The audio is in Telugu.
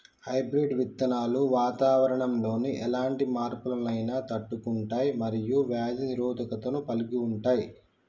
హైబ్రిడ్ విత్తనాలు వాతావరణంలోని ఎలాంటి మార్పులనైనా తట్టుకుంటయ్ మరియు వ్యాధి నిరోధకతను కలిగుంటయ్